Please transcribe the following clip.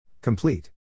Complete